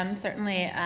um certainly,